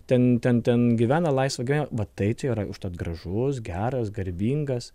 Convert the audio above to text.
ten ten ten gyvena laisvą gyvenimą va tai čia yra užtat gražus geras garbingas